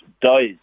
dies